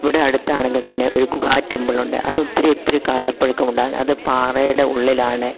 ഇവിടെ അടുത്ത് ആണെങ്കിൽ തന്നെ ഒരു ഗുഹാ ടെമ്പിളുണ്ട് അത് ഒത്തിരി ഒത്തിരി കാലപ്പഴക്കം ഉണ്ട് അത് പാറയുടെ ഉള്ളിലാണ്